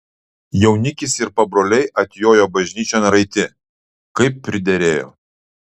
jaunikis ir pabroliai atjojo bažnyčion raiti kaip priderėjo